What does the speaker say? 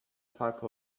type